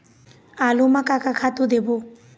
आलू म का का खातू देबो?